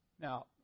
Now